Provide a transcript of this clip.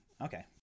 Okay